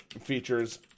features